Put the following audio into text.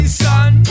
son